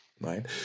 Right